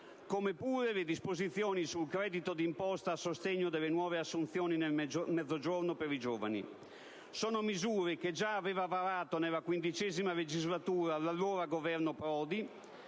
come pure le disposizioni sul credito d'imposta a sostegno delle nuove assunzioni nel Mezzogiorno per i giovani: sono misure che già aveva varato nella XV legislatura l'allora Governo Prodi,